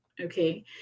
okay